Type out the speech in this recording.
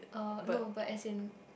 uh no but as in